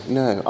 no